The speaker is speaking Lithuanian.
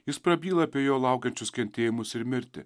jis prabyla apie jo laukiančius kentėjimus ir mirtį